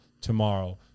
tomorrow